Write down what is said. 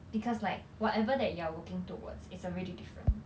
because like whatever that you are working towards is already different